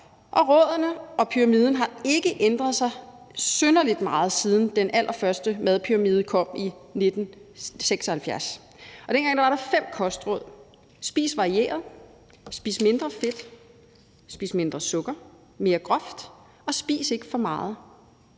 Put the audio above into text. og rådene og pyramiden har ikke ændret sig synderlig meget, siden den allerførste madpyramide kom i 1976. Dengang var der fem kostråd: Spis varieret, spis mindre fedt, spis mindre sukker, mere groft, og spis ikke for meget.